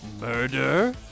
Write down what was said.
Murder